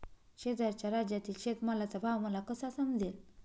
शेजारच्या राज्यातील शेतमालाचा भाव मला कसा समजेल?